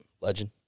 Legend